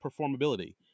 performability